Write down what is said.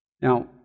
Now